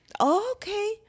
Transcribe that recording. okay